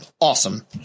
awesome